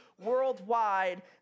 worldwide